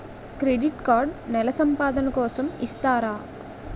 Credit card నెల సంపాదన కోసం ఇస్తారా?